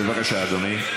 בבקשה, אדוני.